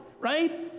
right